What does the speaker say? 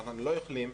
אבל אנחנו לא יכולים.